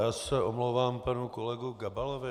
Já se omlouvám panu kolegovi Gabalovi.